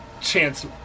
chance